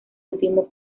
último